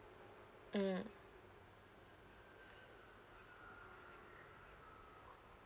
mm